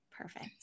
Perfect